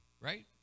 right